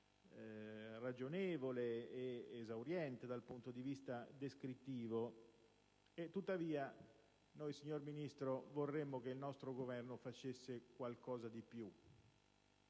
ragionevole ed esauriente dal punto di vista descrittivo. Tuttavia, signor Ministro, vorremmo che il nostro Governo facesse qualcosa di più,